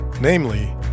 namely